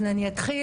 אז אני אתחיל,